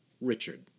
Richard